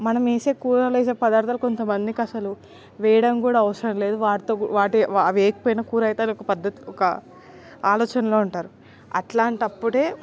మనమేసే కూరల్లేసే పదార్దాలు కొంతమందికసలు వేయడం కూడా అవసరం లేదు వాటితో గు వాటి వా అవేయకపోయిన కూరాయితది ఒక పద్దతి ఒకా ఆలోచనలో ఉంటారు అట్లాంటప్పుడే